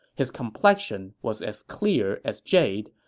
his complexion was as clear as jade,